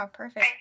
perfect